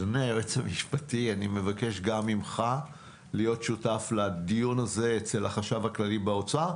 אני מבקש גם ממך להיות שותף לדיון הזה אצל החשב הכללי באוצר,